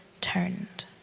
turned